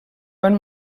van